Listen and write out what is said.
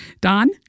Don